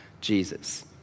Jesus